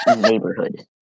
neighborhood